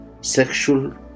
sexual